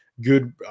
good